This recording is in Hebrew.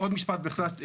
עוד משפט בהחלט אחרון.